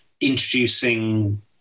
introducing